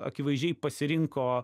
akivaizdžiai pasirinko